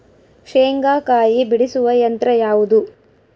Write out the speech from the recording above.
ಶೇಂಗಾಕಾಯಿ ಬಿಡಿಸುವ ಯಂತ್ರ ಯಾವುದು?